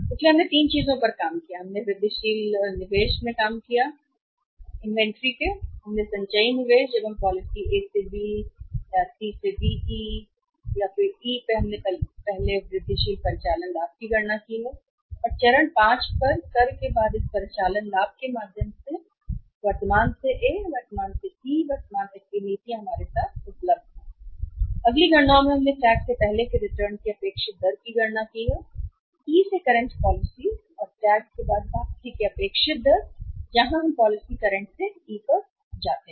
इसलिए हमने तीनों चीजों पर काम किया है हमने वृद्धिशील निवेश में काम किया है इन्वेंट्री इसलिए संचयी निवेश जब हम पॉलिसी ए से बी से सी से डी से फिर ई हमने कर से पहले वृद्धिशील परिचालन लाभ की गणना की है और चरण 5 पर कर के बाद इस परिचालन लाभ के माध्यम से वर्तमान से ए वर्तमान से ई वर्तमान तक की नीतियां हमारे साथ उपलब्ध हैं और अगली गणनाओं में हमने टैक्स से पहले रिटर्न की अपेक्षित दर की गणना की है E से करंट पॉलिसी और टैक्स के बाद वापसी की अपेक्षित दर जहां हम पॉलिसी करंट से E पर जाते हैं